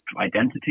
identity